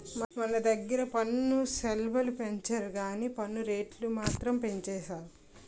మన దగ్గిర పన్ను స్లేబులు పెంచరు గానీ పన్ను రేట్లు మాత్రం పెంచేసారు